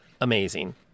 amazing